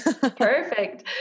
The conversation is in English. Perfect